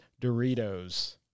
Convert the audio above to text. Doritos